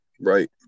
Right